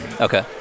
Okay